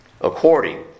according